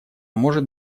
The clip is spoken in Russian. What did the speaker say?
может